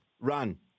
run